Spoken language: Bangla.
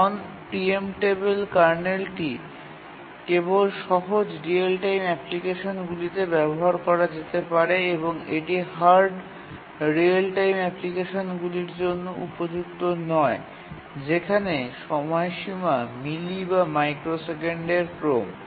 নন প্রিএম্পটেবল কার্নেলটি কেবল সহজ রিয়েল টাইম অ্যাপ্লিকেশনগুলিতে ব্যবহার করা যেতে পারে এবং এটি হার্ড রিয়েল টাইম অ্যাপ্লিকেশনগুলির জন্য উপযুক্ত নয় যেখানে সময়সীমা মিলি বা মাইক্রোসেকেন্ডের ক্রম